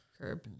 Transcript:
Curb